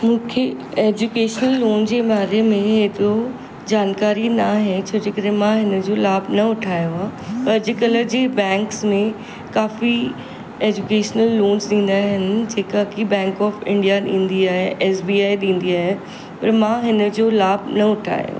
मूंखे education loan जे बारे में एतिरो जानकारी न आहे छो जे करे मां हिनजो लाभु न उठायो आहे त अॼुकल्ह जी बैंक्स में काफ़ी एजुकेशनल लोन्स ॾींदा आहिनि जेका की बैंक ऑफ इंडिया ॾींदी आहे एस बी आई ॾींदी आहे पर मां हिनजो लाभु न उठायो आहे